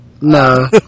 No